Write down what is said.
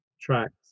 tracks